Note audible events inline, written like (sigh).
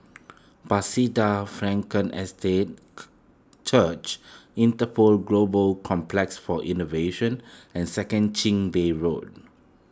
Bethesda Frankel Estate (unintelligible) Church Interpol Global Complex for Innovation and Second Chin Bee Road